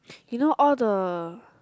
you know all the